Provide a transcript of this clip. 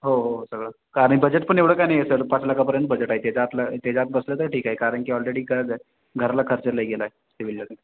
हो हो सगळं का आणि बजेट पण एवढं का नाही आहे सर पाच लाखापर्यंत बजेट आहे त्याच्या आतलं त्याच्या आत बसलं तर ठीक आहे कारण की ऑलरेडी घराला खर्च लई गेला आहे